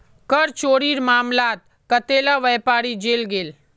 कर चोरीर मामलात कतेला व्यापारी जेल गेल